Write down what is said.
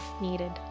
needed